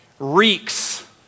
reeks